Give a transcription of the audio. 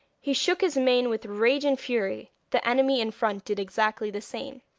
he shook his mane with rage and fury the enemy in front did exactly the same.